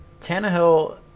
Tannehill